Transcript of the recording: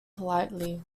politely